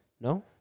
no